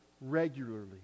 regularly